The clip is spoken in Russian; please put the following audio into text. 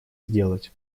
сделать